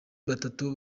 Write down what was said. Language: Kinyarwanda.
batatu